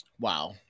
wow